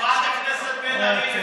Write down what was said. חברת הכנסת בן ארי,